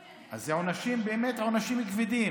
אז אלה באמת עונשים כבדים.